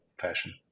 fashion